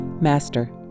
master